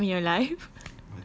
for the first time in your life